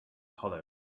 hollow